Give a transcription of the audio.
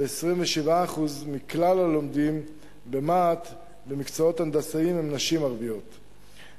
ו-27% מכלל הלומדים במה"ט במקצועות הנדסאים הם נשים ערביות,